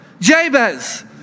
Jabez